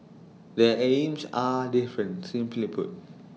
their aims are different simply put